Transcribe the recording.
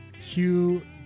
Hugh